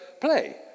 play